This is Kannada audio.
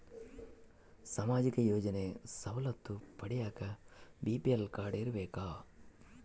ಸಾಮಾಜಿಕ ಯೋಜನೆ ಸವಲತ್ತು ಪಡಿಯಾಕ ಬಿ.ಪಿ.ಎಲ್ ಕಾಡ್೯ ಇರಬೇಕಾ?